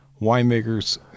winemakers